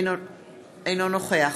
אינו נוכח